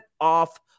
off